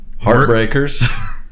Heartbreakers